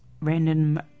Random